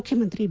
ಮುಖ್ಯಮಂತ್ರಿ ಬಿ